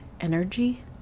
energy